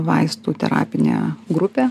vaistų terapinė grupė